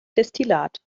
destillat